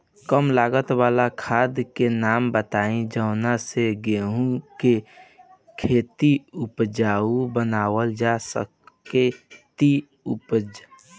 कम लागत वाला खाद के नाम बताई जवना से गेहूं के खेती उपजाऊ बनावल जा सके ती उपजा?